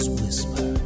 whisper